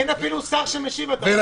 אין אפילו שר שמשיב עדיין.